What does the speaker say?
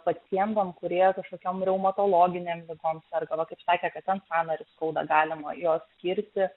pacientams kurie kažkokiom reumatologinėm ligom serga va kaip sakė kad ten sąnarius skauda galima juos skirti